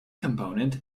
component